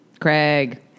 Craig